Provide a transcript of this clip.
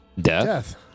Death